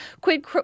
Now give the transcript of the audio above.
quid